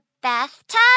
bathtub